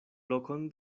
lokon